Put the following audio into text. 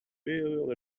will